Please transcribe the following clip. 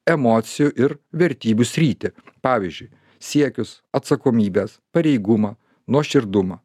emocijų ir vertybių sritį pavyzdžiui siekius atsakomybes pareigumą nuoširdumą